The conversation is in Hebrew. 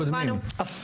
אז כנראה הובנו, עוד פעם.